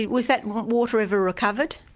was that water ever recovered?